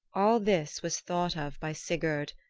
all this was thought of by sigurd,